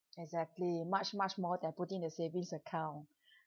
exactly much much more than putting in the savings account